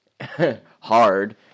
hard